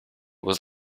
was